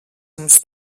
jums